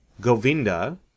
Govinda